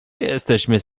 jesteśmy